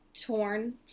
torn